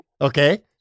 Okay